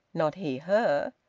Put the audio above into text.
not he her.